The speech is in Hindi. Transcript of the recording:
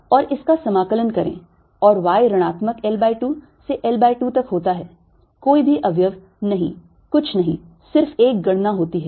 और इसका समाकलन करें और y ऋणात्मक L by 2 से L by 2 तक होता है कोई भी अवयव नहीं कुछ नहीं सिर्फ एक गणना होती है